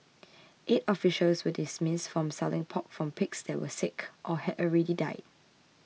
eight officials were dismissed for selling pork from pigs that were sick or had already died